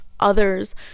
Others